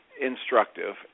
instructive